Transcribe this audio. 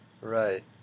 Right